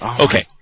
Okay